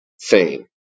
fame